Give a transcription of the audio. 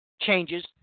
changes